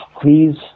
Please